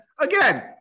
again